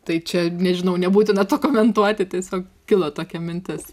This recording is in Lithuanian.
tai čia nežinau nebūtina to komentuoti tiesiog kilo tokia mintis